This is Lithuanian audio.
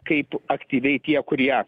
kaip aktyviai tie kurie